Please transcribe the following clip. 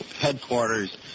headquarters